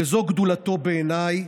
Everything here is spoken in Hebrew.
וזו גדולתו בעיניי,